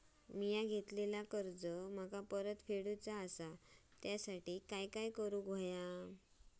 मिया घेतलेले कर्ज मला परत फेडूचा असा त्यासाठी काय काय करून होया?